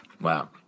Wow